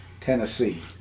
Tennessee